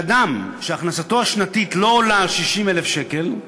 אדם שהכנסתו השנתית לא עולה על 60,000 שקל,